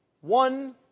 one